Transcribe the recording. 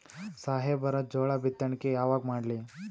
ಸಾಹೇಬರ ಜೋಳ ಬಿತ್ತಣಿಕಿ ಯಾವಾಗ ಮಾಡ್ಲಿ?